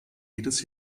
jedes